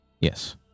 Yes